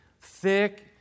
thick